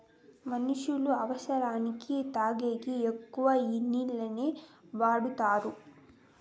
మనుష్యులు అవసరానికి తాగేకి ఎక్కువ ఈ నీళ్లనే వాడుతారు